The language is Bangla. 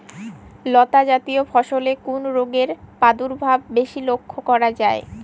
লতাজাতীয় ফসলে কোন রোগের প্রাদুর্ভাব বেশি লক্ষ্য করা যায়?